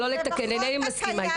איני מסכימה איתך.